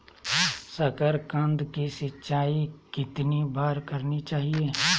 साकारकंद की सिंचाई कितनी बार करनी चाहिए?